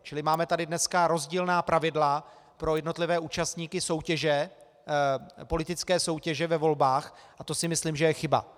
Čili máme tady dneska rozdílná pravidla pro jednotlivé účastníky politické soutěže ve volbách a to si myslím, že je chyba.